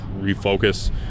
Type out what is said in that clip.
refocus